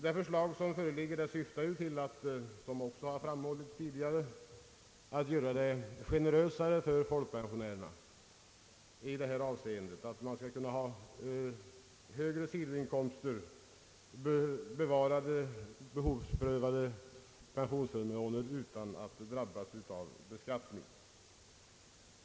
Det förslag som nu framlagts syftar till — som också tidigare har framhållits — att införa generösare regler för folkpensionärerna i det avseendet, att de skall kunna få ha högre sidoinkomster jämte de behovsprövade pensionsförmånerna utan att drabbas av beskattning.